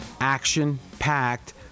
action-packed